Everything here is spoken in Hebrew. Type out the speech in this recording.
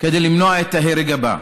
כדי למנוע את ההרג הבא,